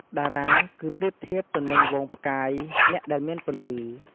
តារា គឺប្រៀបធៀបទៅនឹង ហ្វូងផ្កាយ អ្នកដែលមានពន្លឺ។